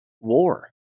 war